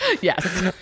Yes